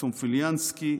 סומפולינסקי,